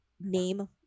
name